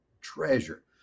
Treasure